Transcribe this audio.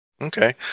Okay